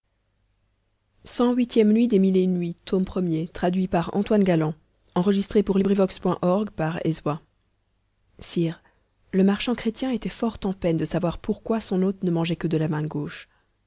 sire le marchand chrétien était fort en peine de savoir pourquoi son hôte ne mangeait que de la main gauche